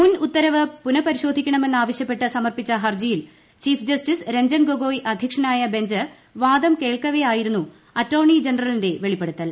മുൻ ഉത്തരവ് പുനപരിശോധിക്കണമെന്ന് ആവശ്യപ്പെട്ട് സമർപ്പിച്ച ഹർജിയിൽ ചീഫ് ജസ്റ്റിസ് രഞ്ജൻ ഗൊഗോയ് അധ്യക്ഷനായ ബെഞ്ച് വാദം കേൾക്കവെയായിരുന്നു അറ്റോർണി ജനറലിന്റെ വെളിപ്പെടുത്തൽ